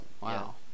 Wow